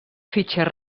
fitxer